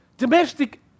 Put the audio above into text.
Domestic